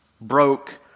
broke